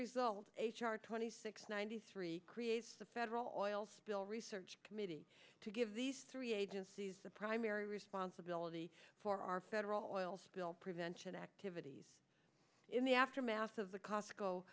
result h r twenty six ninety three creates a federal bill research committee to give these three agencies the primary responsibility for our federal bill prevention activities in the aftermath of the cosco